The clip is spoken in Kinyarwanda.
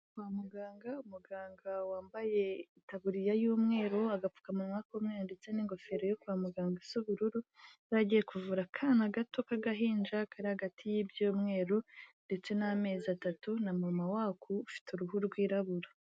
Kwa muganga, umuganga wambaye itaburiya y'umweru, agapfukamunwa k'umweru ndetse n'ingofero yo kwa muganga isa ubururu, yari agiye kuvura akana gato k'agahinja kari hagati y'ibyumweru ndetse n'amezi atatu na mama wako ufite uruhu rwirabura.